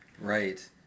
Right